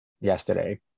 yesterday